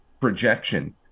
projection